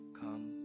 come